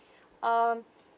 um